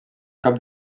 cap